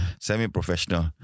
Semi-professional